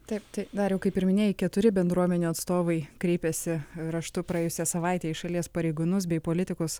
taip tai dariau kai pirmieji keturi bendruomenių atstovai kreipėsi raštu praėjusią savaitę į šalies pareigūnus bei politikus